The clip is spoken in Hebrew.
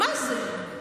מה זה?